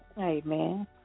Amen